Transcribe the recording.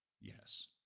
yes